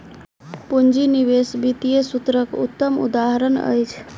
पूंजी निवेश वित्तीय सूत्रक उत्तम उदहारण अछि